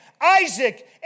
Isaac